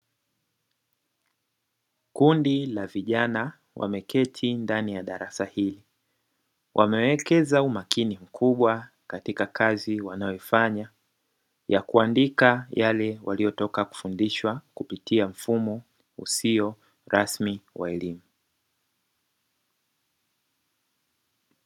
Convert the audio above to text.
Kundi la vijana wameketi ndani ya darasa hili, wamewekeza umakini mkubwa katika kazi wanayoifanya ya kuandika yale waliotoka kufundishwa kupitia mfumo usio rasmi wa elimu.